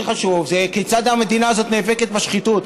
חשוב זה כיצד המדינה הזאת נאבקת בשחיתות.